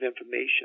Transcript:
information